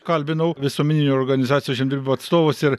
kalbinau visuomeninių organizacijų žemdirbių atstovus ir